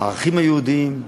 בערכים היהודיים,